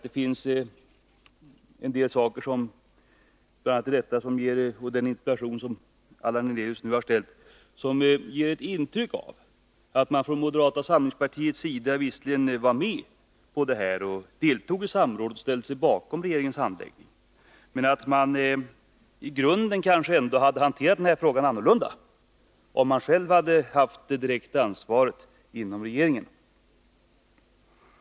Det finns en del saker, bl.a. i uttalanden och i den interpellation som Allan Hernelius har framställt, som ger intryck av att man från moderata samlingspartiets sida visserligen var med och deltog i samrådet och ställde sig bakom regeringens handläggning, men att man i grunden kanske ändå hade hanterat frågan annorlunda om man själv hade haft det direkta ansvaret inom regeringen.